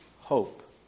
hope